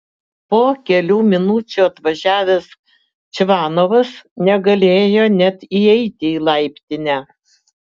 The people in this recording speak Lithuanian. po kelių minučių atvažiavęs čvanovas negalėjo net įeiti į laiptinę